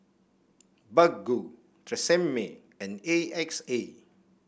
Baggu Tresemme and A X A